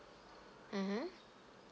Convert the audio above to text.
mmhmm